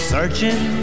Searching